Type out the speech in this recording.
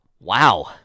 Wow